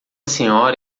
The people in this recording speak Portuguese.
senhora